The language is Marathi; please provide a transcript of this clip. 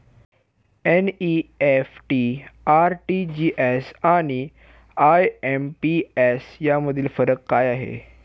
एन.इ.एफ.टी, आर.टी.जी.एस आणि आय.एम.पी.एस यामधील फरक काय आहे?